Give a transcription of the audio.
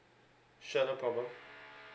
sure no problem